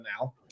now